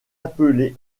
appelé